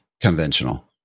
conventional